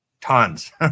tons